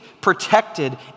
protected